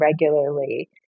regularly